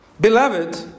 beloved